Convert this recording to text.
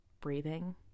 breathing